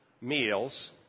meals